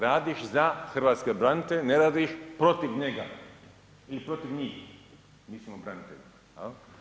Radiš za hrvatske branitelje, ne radiš protiv njega ili protiv njih, mislim o braniteljima.